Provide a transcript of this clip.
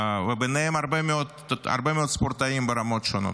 ובהם הרבה מאוד ספורטאים ברמות שונות.